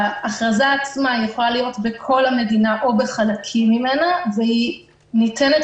ההכרזה יכולה להיות בכל המדינה או בחלקים ממנה והיא ניתנת